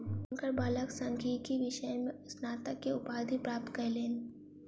हुनकर बालक सांख्यिकी विषय में स्नातक के उपाधि प्राप्त कयलैन